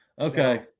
Okay